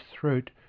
throat